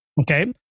Okay